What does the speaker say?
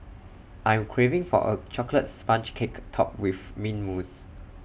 I am craving for A Chocolate Sponge Cake Topped with Mint Mousse